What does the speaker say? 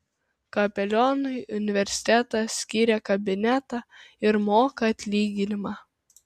kapelionui universitetas skyrė kabinetą ir moka atlyginimą